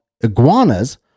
iguanas